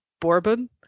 Bourbon